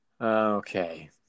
Okay